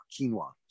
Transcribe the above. quinoa